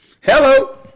Hello